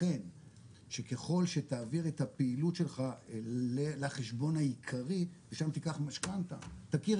יתכן שככל שתעביר את הפעילות שלך לחשבון העיקרי ושם תיקח משכנתא תכיר